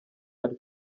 ari